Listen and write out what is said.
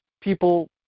people